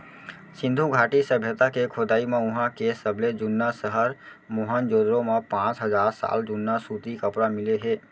सिंधु घाटी सभ्यता के खोदई म उहां के सबले जुन्ना सहर मोहनजोदड़ो म पांच हजार साल जुन्ना सूती कपरा मिले हे